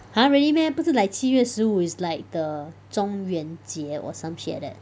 !huh! really meh 不是 like 七月十五 is like the 中元节 or some shit like that